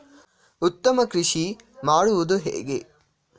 ಉತ್ತಮ ಕೃಷಿ ಮಾಡುವುದು ಹೇಗೆ?